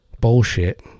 bullshit